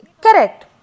Correct